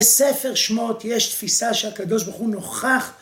בספר שמות יש תפיסה שהקדוש ברוך הוא נוכח